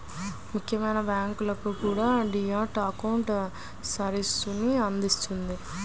ముఖ్యమైన బ్యాంకులన్నీ కూడా డీ మ్యాట్ అకౌంట్ సర్వీసుని అందిత్తన్నాయి